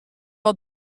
wat